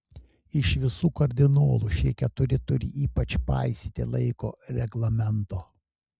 iš visų kardinolų šie keturi turi ypač paisyti laiko reglamento